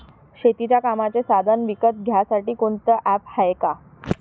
शेतीच्या कामाचे साधनं विकत घ्यासाठी कोनतं ॲप हाये का?